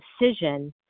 decision